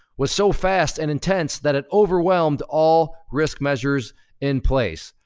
was so fast and intense that it overwhelmed all risk measures in place.